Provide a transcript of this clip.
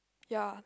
ya